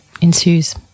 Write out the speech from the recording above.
ensues